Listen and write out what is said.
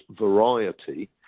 variety